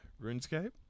RuneScape